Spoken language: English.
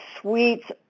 sweets